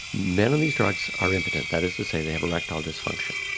men on these drugs are impotent, that is to say they have erectile dysfunction.